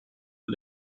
for